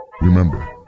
Remember